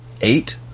eight